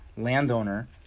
landowner